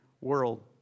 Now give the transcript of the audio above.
world